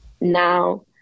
now